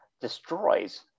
destroys